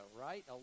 right